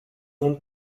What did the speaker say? und